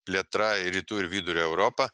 plėtra į rytų ir vidurio europą